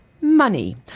money